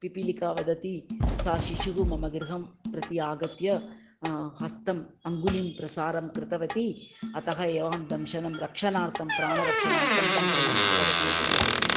पिपीलिका वदति सा शिशुः मम गृहं प्रति आगत्य हस्तम् अङ्गुलिं प्रसारं कृतवती अतः एव अहं दंशनं रक्षणार्थं प्राणरक्षणार्थं दंशनं कृतवती इति वदति